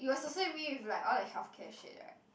you associate me with like all like healthcare shit right